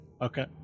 Okay